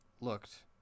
looked